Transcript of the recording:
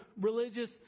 religious